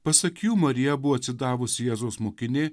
pasak jų marija buvo atsidavusi jėzaus mokinė